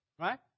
Right